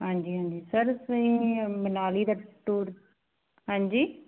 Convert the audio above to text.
ਹਾਂਜੀ ਹਾਂਜੀ ਸਰ ਤੁਸੀਂ ਮਨਾਲੀ ਦਾ ਟੂਰ ਹਾਂਜੀ